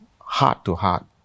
heart-to-heart